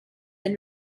and